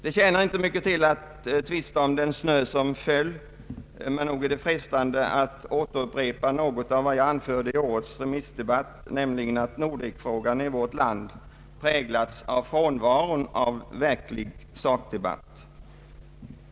Det tjänar inte mycket till att tvista om den snö som föll, men nog är det frestande att upprepa något av vad jag anförde i årets remissdebatt, nämligen att Nordekfrågan i vårt land präglats av frånvaron av verklig sakdebatt.